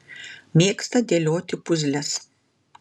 mėgsta dėlioti puzles